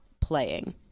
playing